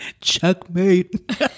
Checkmate